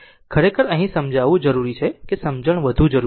ખરેખર અહીં સમજવું જરૂરી છે કે સમજણ વધુ જરૂરી છે